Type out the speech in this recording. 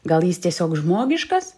gal jis tiesiog žmogiškas